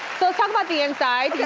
talk um about the inside.